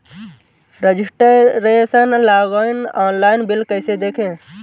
Registration login online bill कैसे देखें?